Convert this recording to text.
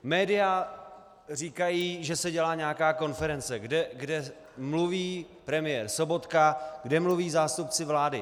Média říkají, že se dělá nějaká konference, kde mluví premiér Sobotka, kde mluví zástupci vlády.